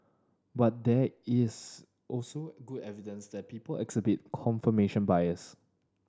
but there is also good evidence that people exhibit confirmation bias